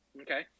Okay